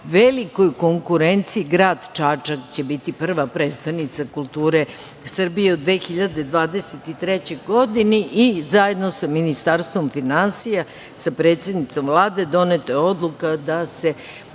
velikoj konkurenciji grad Čačak će biti prva prestonica kulture Srbije u 2023. godini i zajedno sa Ministarstvom finansija sa predsednicom Vlade doneta je odluka da se